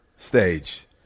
Stage